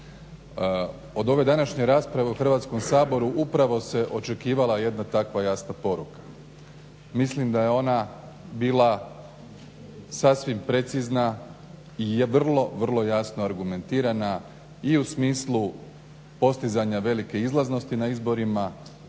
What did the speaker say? Od ove današnje rasprave u Hrvatskom saboru upravo se očekivala jedna takva jasna poruka. Mislim da je ona bila sasvim precizna i vrlo, vrlo jasno argumentirana i u smislu postizanja velike izlaznosti na izborima